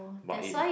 but in